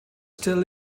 still